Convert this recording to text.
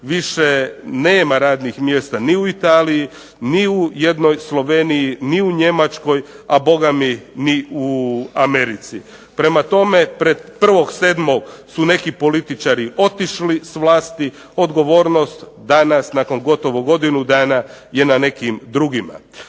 više nema radnih mjesta ni u Italiji ni u jednoj Sloveniji ni u Njemačkoj a ni u Americi. Prema tome, pred 1.7. su neki političari otišli s vlasti, odgovornost danas nakon gotovo godinu dana je na nekim drugima.